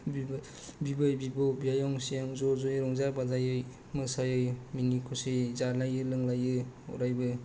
बिबै बिबौ बियायं सियायं ज' जयै रंजा बाजायै मोसायो मिनि खुसि जालायो लोंलायो अरायबो